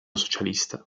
socialista